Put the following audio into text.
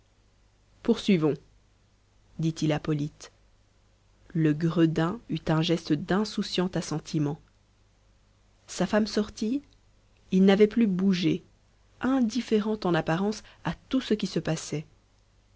poursuivons dit-il à polyte le gredin eut un geste d'insouciant assentiment sa femme sortie il n'avait plus bougé indifférent en apparence à tout ce qui se passait